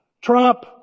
Trump